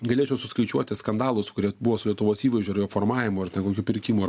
galėčiau suskaičiuoti skandalus kurie buvo su lietuvos įvaizdžiu ir jo formavimu ar ten kokiu pirkimu